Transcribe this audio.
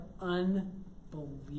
unbelievable